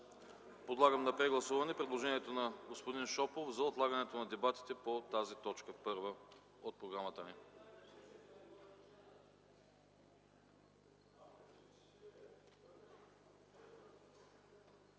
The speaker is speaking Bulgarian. Подлагам на прегласуване предложението на господин Шопов за отлагане на дебатите по т. 1 от програмата ни.